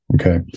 Okay